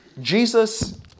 Jesus